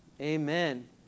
amen